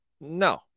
No